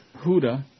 Huda